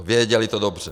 Věděli to dobře.